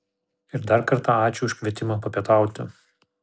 ir dar kartą ačiū už kvietimą papietauti